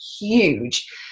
huge